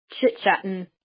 chit-chatting